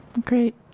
Great